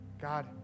God